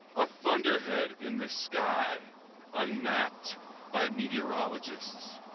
a thunderhead in the sky unmapped by meteorologists.